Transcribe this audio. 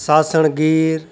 Sasan Gir